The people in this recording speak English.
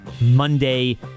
Monday